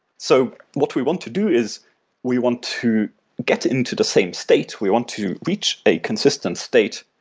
so what we want to do is we want to get into the same state, we want to reach a consistent state,